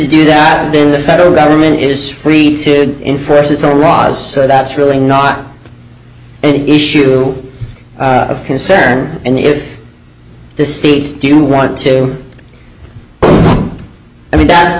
do that and then the federal government is free to inferences are laws so that's really not an issue of concern and if the states do want to i mean that